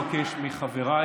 אני מבקש מחבריי,